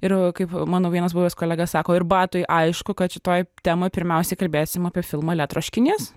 ir kaip mano vienas buvęs kolega sako ir batui aišku kad šitoj temoj pirmiausiai kalbėsim apie filmą le troškinys